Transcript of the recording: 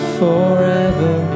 forever